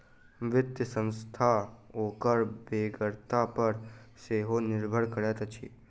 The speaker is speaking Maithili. वित्तीय संस्था ओकर बेगरता पर सेहो निर्भर करैत अछि